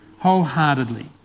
wholeheartedly